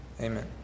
amen